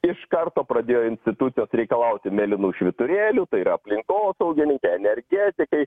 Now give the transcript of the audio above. iš karto pradėjo institucijos reikalauti mėlynų švyturėlių ir aplinkosaugininkai energetikai